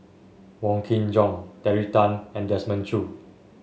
Wong Kin Jong Terry Tan and Desmond Choo